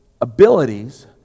abilities